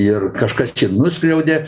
ir kažkas čia nuskriaudė